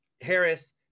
Harris